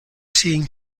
seen